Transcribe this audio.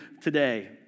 today